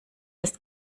ist